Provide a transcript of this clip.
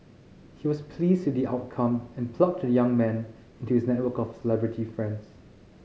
he was pleased with the outcome and plugged the young man into his network of celebrity friends